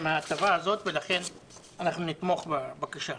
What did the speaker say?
לכן, אנחנו נתמוך בבקשה.